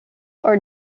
are